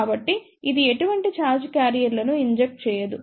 కాబట్టి ఇది ఎటువంటి ఛార్జ్ క్యారియర్లను ఇంజెక్ట్ చేయదు